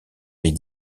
les